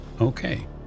Okay